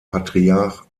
patriarch